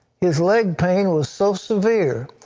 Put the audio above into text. his leg pain was so severe,